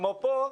כמו פה,